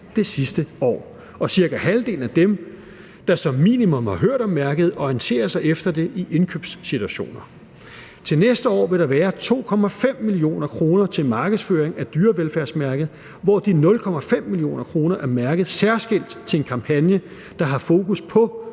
det sidste år, og cirka halvdelen af dem, der som minimum har hørt om mærket, orienterer sig efter det i indkøbssituationer. Til næste år vil der være 2,5 mio. kr. til markedsføring af dyrevelfærdsmærket, hvor de 0,5 mio. kr. er mærket særskilt til en kampagne, der har fokus på